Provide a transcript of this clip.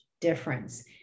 difference